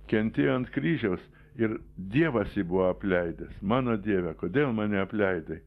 kentėjo ant kryžiaus ir dievas jį buvo apleidęs mano dieve kodėl mane apleidai